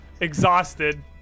Exhausted